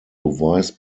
vice